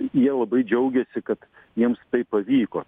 jie labai džiaugiasi kad jiems tai pavyko